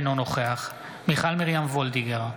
אינו נוכח מיכל מרים וולדיגר,